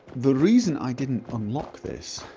the reason i didn't unlock this